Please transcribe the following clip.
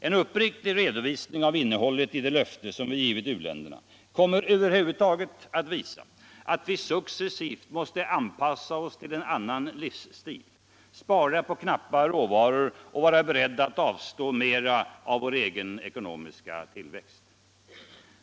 En uppriktig redovisning av innehållet i det löfte vi givit u-länderna kommer över huvud taget att visa, att vi successivt måste anpassa oss till en annan livsstil, spara på knappa råvaror och vara beredda att avstå mera av vår egen ekonomiska tillväxt.